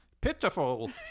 Pitiful